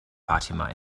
fatima